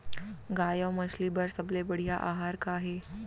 गाय अऊ मछली बर सबले बढ़िया आहार का हे?